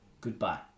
Goodbye